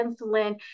insulin